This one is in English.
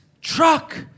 truck